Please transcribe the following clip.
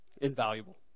invaluable